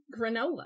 Granola